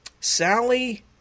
Sally